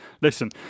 Listen